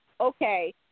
Okay